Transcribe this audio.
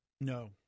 No